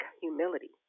humility